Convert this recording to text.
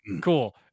Cool